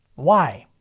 why?